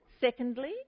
Secondly